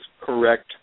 correct